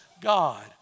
God